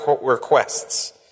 requests